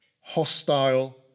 hostile